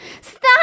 Stop